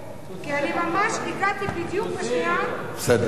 כי אני ממש הגעתי בדיוק בשנייה שזה הסתיים.